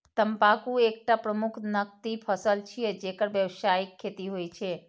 तंबाकू एकटा प्रमुख नकदी फसल छियै, जेकर व्यावसायिक खेती होइ छै